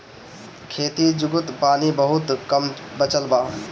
खेती जुगुत पानी बहुत कम बचल बा